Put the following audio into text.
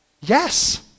Yes